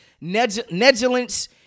negligence